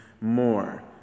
more